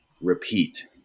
repeat